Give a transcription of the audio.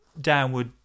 downward